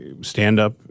stand-up